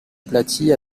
aplaties